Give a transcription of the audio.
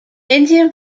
indian